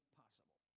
possible